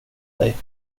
dig